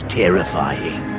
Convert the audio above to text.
terrifying